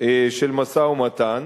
של משא-ומתן.